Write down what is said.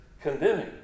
condemning